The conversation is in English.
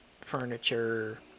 furniture